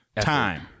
time